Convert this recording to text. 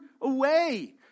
away